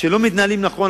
שלא מתנהלים נכון,